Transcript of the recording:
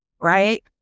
right